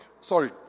sorry